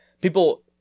people –